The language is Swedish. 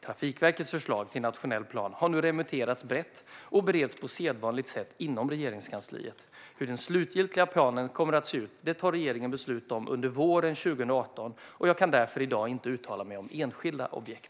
Trafikverkets förslag till nationell plan har nu remitterats brett och bereds på sedvanligt sätt inom Regeringskansliet. Hur den slutliga planen kommer att se ut tar regeringen beslut om under våren 2018, och jag kan därför i dag inte uttala mig om enskilda objekt.